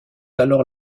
alors